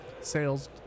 sales